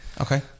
Okay